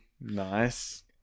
nice